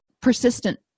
persistent